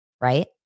right